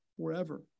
forever